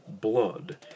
blood